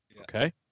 okay